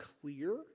clear